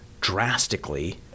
drastically